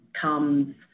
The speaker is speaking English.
comes